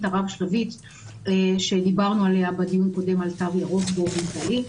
הרב-שלבית שדיברנו עליה בדיון קודם על תו ירוק באופן כללי.